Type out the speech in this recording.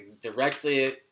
directly